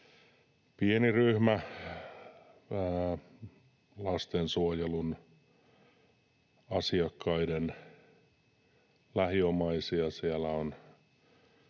pieni ryhmä lastensuojelun asiakkaiden lähiomaisia